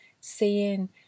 seeing